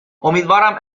امیدوارم